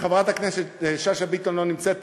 שחברת הכנסת שאשא ביטון לא נמצאת פה,